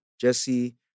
Jesse